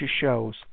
shows